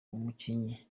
umukinnyi